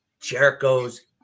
Jericho's